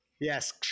yes